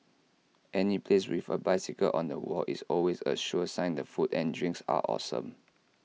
any place with A bicycle on the wall is always A sure sign the food and drinks are awesome